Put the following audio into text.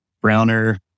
browner